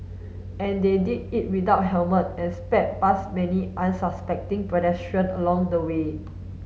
and they did it without helmet and sped past many unsuspecting pedestrian along the way